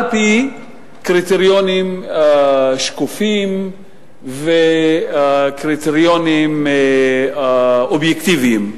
על-פי קריטריונים שקופים וקריטריונים אובייקטיביים.